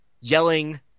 yelling